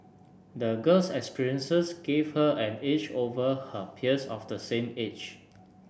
the girl's experiences gave her an edge over her peers of the same age